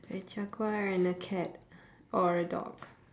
a jaguar and a cat or a dog